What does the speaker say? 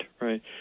right